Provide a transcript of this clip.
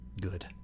Good